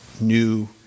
New